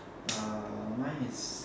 uh mine is